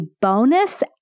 bonus